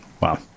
Wow